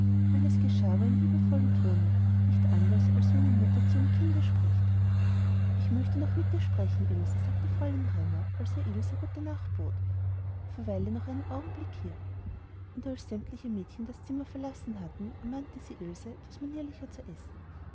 alles geschah aber in liebevollem tone nicht anders als wie eine mutter zu ihrem kinde spricht ich möchte noch mit dir sprechen liebe ilse sagte fräulein raimar als ilse ihr gute nacht bot verweile noch einen augenblick hier und als sämtliche mädchen das zimmer verlassen hatten ermahnte sie ilse etwas manierlicher zu essen